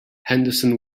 henderson